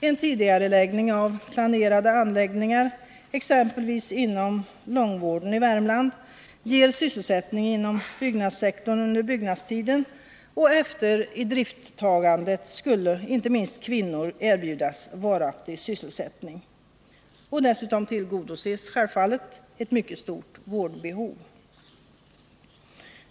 En tidigareläggning av planerade anläggningar, exempelvis inom långvården i Värmland, ger sysselsättning inom byggnadssektorn under byggnadstiden, och efter idrifttagandet skulle inte minst kvinnor erbjudas varaktig sysselsättning. Dessutom tillgodoses självfallet ett mycket stort vårdbehov.